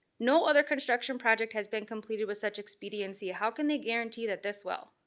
no other construction project has been completed with such expediency, how can they guarantee that this will?